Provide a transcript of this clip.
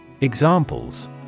Examples